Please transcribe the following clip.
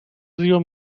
río